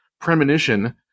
premonition